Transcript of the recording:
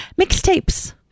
Mixtapes